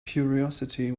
curiosity